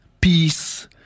peace